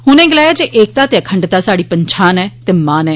उनें गलाया जे एकता ते अखंडता साहड़ी पन्छान ते मान ऐ